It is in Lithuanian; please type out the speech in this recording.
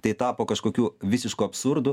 tai tapo kažkokiu visišku absurdu